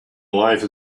life